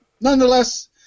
Nonetheless